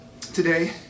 today